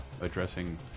addressing